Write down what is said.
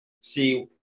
see